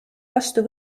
vastu